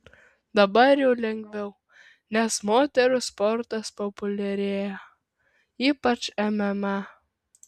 dabar jau lengviau nes moterų sportas populiarėja ypač mma